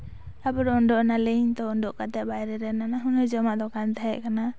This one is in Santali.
ᱛᱟᱨᱯᱚᱨ ᱩᱰᱩᱜ ᱮᱱᱟᱞᱤᱧ ᱛᱚ ᱩᱰᱩᱜ ᱠᱟᱛᱮ ᱵᱟᱭᱨᱮ ᱨᱮ ᱱᱟᱱᱟᱦᱩᱱᱟᱹᱨ ᱡᱚᱢᱟᱜ ᱫᱚᱠᱟᱱ ᱛᱟᱦᱮᱸᱠᱟᱱᱟ